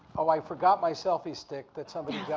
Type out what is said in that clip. oh, i forgot my selfie stick that somebody